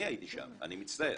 אני הייתי שם, אני מצטער.